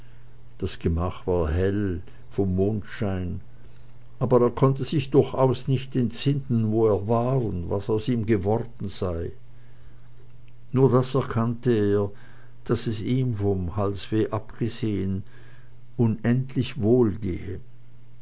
das gemach war ganz hell vom mondschein aber er konnte sich durchaus nicht entsinnen wo er war und was aus ihm geworden sei nur das erkannte er daß es ihm vom halsweh abgesehen unendlich wohl